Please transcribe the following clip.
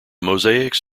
mosaics